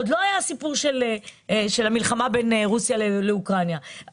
עוד לא היה הסיפור של המלחמה בין רוסיה לבין אוקראינה.